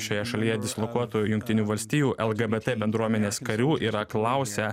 šioje šalyje dislokuotų jungtinių valstijų lgbt bendruomenės karių yra klausę